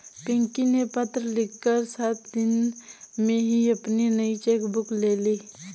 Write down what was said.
पिंकी ने पत्र लिखकर सात दिन में ही अपनी नयी चेक बुक ले ली